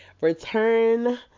return